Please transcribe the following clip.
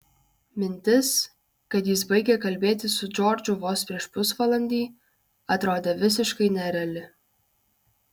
mintis kad jis baigė kalbėti su džordžu vos prieš pusvalandį atrodė visiškai nereali